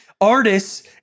artists